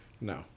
No